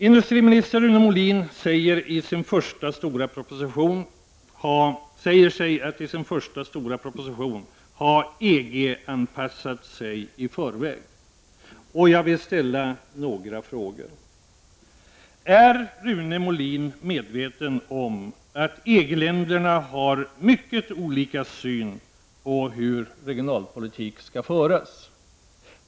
Industriminister Rune Molin säger sig i sin första stora proposition ha EG-anpassat sig i förväg. Jag vill ställa några frågor. Är Rune Molin medveten om att EG länderna har mycket olika syn på hur regionalpolitik skall föras?